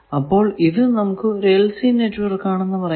അപ്പോൾ ഇത് നമുക്ക് ഒരു LC നെറ്റ്വർക്ക് ആണ് എന്ന് പറയാം